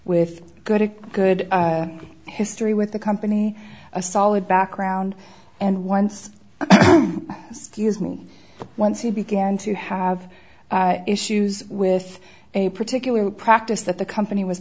with a good a good history with the company a solid background and once scuse me once he began to have issues with a particular practice that the company was